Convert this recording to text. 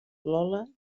lola